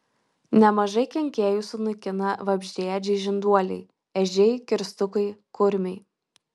nemažai kenkėjų sunaikina vabzdžiaėdžiai žinduoliai ežiai kirstukai kurmiai